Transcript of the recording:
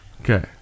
Okay